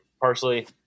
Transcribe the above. parsley